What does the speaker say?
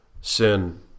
sin